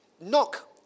Knock